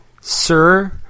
Sir